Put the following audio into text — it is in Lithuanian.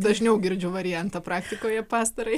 dažniau girdžiu variantą praktikoje pastarąjį